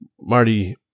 Marty